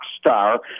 star